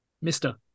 Mister